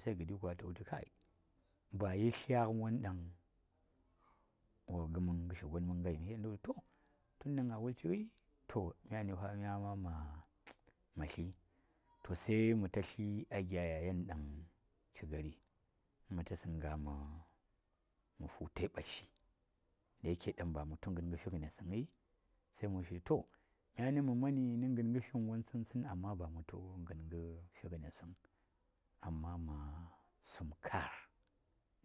se gədi ta wutu kai ba yir tlya ngən won ɗan wo gəm gə shi gon mən ga yin yan mə ta wutu to tun ɗaŋ a wuci mgəi to mya ma tli to se mə ta tli agya yayen ɗan ci gari mə ta sən ngaa mə fu tai ɓa sai da ya ke ba mə tu ngən fingənes sən ngəi se mə wutu to mya nən tsən tsən amma ba mə tu ngən fi ngənes sən amma ma gum kar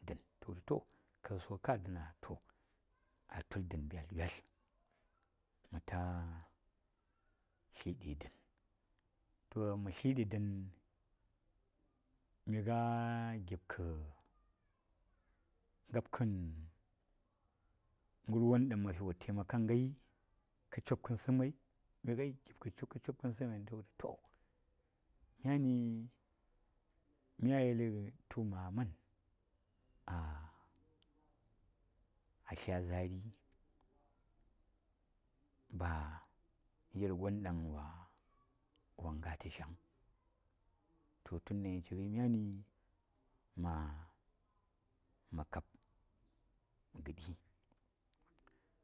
dən tə wutu to ka su ngə sukar dəna? to a tul dən byalt-byalt mə ta tliɗi dən to dan mə tlidi dən mi nga gip kə ngab kən ngər won ɗan wo temakam ngai kə chop kən sə mai se məta wutu to myani mya yeli tu maman a tlya zaari ba yir gon ɗan wo ngatə əyaŋ to tun ɗan yi ci ngəi mya ni ma kab gəɗi,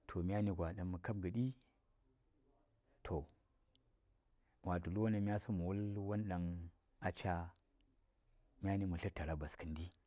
to myani kwa ɗan mə kab gədi to, wato ləb won dəŋ mya su mə wol ɗan a ca mya nəŋ mə tla taraɓes ngə di.